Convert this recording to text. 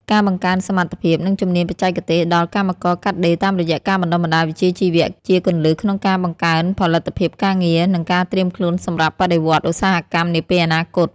ការបង្កើនសមត្ថភាព និងជំនាញបច្ចេកទេសដល់កម្មករកាត់ដេរតាមរយៈការបណ្ដុះបណ្ដាលវិជ្ជាជីវៈ ជាគន្លឹះក្នុងការបង្កើនផលិតភាពការងារ និងការត្រៀមខ្លួនសម្រាប់បដិវត្តន៍ឧស្សាហកម្មនាពេលអនាគត។